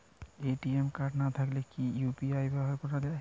ATM card না থাকলে কি ইউ.পি.আই ব্যবহার করা য়ায়?